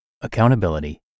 accountability